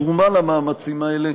תרומה למאמצים האלה,